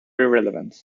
irrelevant